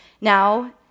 Now